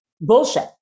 bullshit